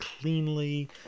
cleanly